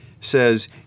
says